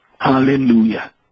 Hallelujah